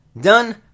Done